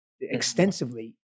extensively